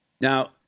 Now